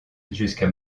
jusqu’à